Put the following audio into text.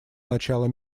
начала